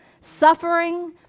suffering